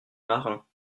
marin